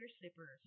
slippers